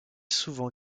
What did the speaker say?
souvent